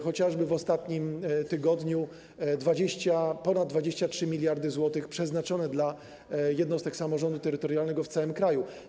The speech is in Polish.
Chociażby w ostatnim tygodniu kwota ponad 23 mld zł została przeznaczona dla jednostek samorządu terytorialnego w całym kraju.